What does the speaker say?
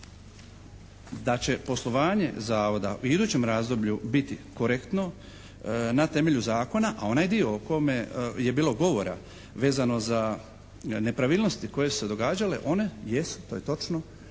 da će poslovanje zavoda u idućem razdoblju biti korektno na temelju zakona a onaj dio o kojem je bilo govora vezano za nepravilnosti koje su se događale one jesu, to je točno,